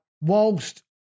whilst